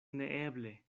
neeble